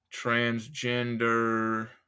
Transgender